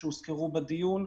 שהוזכרו בדיון.